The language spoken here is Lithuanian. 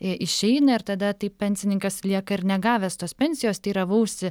išeina ir tada taip pensininkas lieka ir negavęs tos pensijos teiravausi